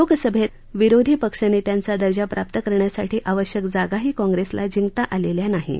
लोकसभेत विरोधी पक्षनेत्याचा दर्जा प्राप्त करण्यासाठी आवश्यक जागाही काँग्रेसला जिंकता आलेल्या नाहीत